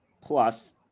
Plus